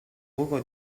buco